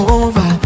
over